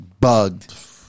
Bugged